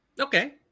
Okay